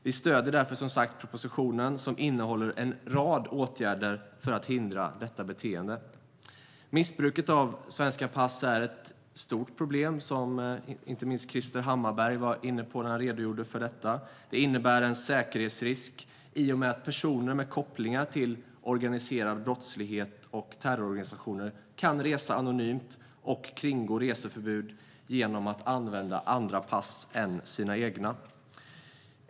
Vi stöder därför, som sagt, propositionen som innehåller en rad åtgärder för att hindra detta beteende. Missbruket av svenska pass är ett stort problem, som inte minst Krister Hammarbergh redogjorde för. Det innebär en säkerhetsrisk i och med att personer med kopplingar till organiserad brottslighet och terrororganisationer kan resa anonymt och kringgå reseförbud genom att använda andra pass än sina egna.